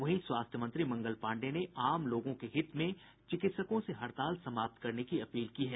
वहीं स्वास्थ्य मंत्री मंगल पांडेय ने आम लोगों के हित में चिकित्सकों से हड़ताल समाप्त करने की अपील की है